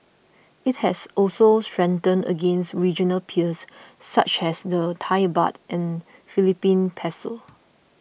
it has also strengthened against regional peers such as the Thai Baht and Philippine Peso